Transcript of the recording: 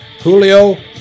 Julio